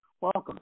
Welcome